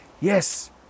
yes